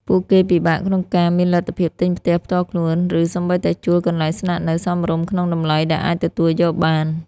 ពួកគេពិបាកក្នុងការមានលទ្ធភាពទិញផ្ទះផ្ទាល់ខ្លួន ឬសូម្បីតែជួលកន្លែងស្នាក់នៅសមរម្យក្នុងតម្លៃដែលអាចទទួលយកបាន។